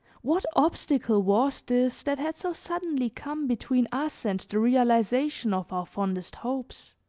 what obstacle was this that had so suddenly come between us and the realization of our fondest hopes?